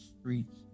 streets